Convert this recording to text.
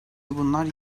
bunlar